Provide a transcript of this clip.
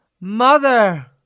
Mother